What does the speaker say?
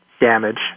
damage